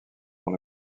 dans